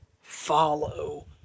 follow